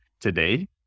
Today